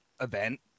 event